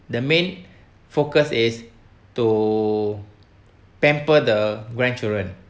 the main focus is to pamper the grandchildren